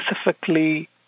specifically